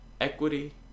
equity